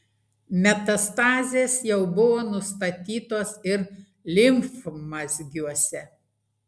metastazės jau buvo nustatytos ir limfmazgiuose